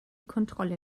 kontrolle